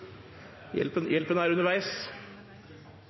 Hjelpen er underveis.